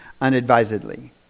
unadvisedly